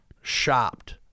shopped